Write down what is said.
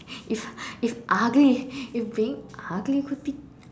if if ugly if being ugly could be